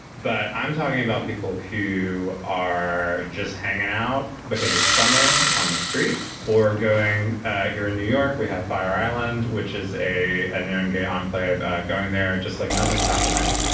but i'm talking about people who are just hanging out because it's summer on the street or going here in new york. we have fire island, which is a ah narin gay enclave going there just like nothing's happening.